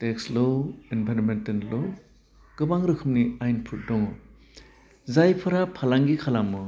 tax ल' environmental ल' गोबां रोखोमनि आयेनफोर दङ जायफोरा फालांगि खालामो